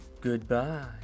Goodbye